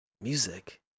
music